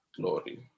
glory